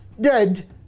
dead